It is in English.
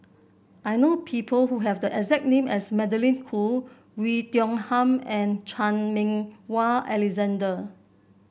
I know people who have the exact name as Magdalene Khoo Oei Tiong Ham and Chan Meng Wah Alexander